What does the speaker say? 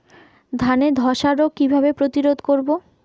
ধানে ধ্বসা রোগ কিভাবে প্রতিরোধ করব?